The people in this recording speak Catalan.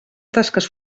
tasques